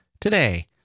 today